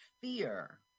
fear